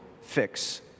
fix